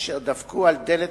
אשר דפקו על דלת